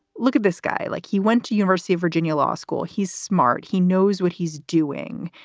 look at this guy. like he went to university of virginia law school. he's smart. he knows what he's doing.